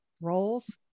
roles